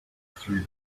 through